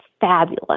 fabulous